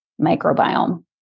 microbiome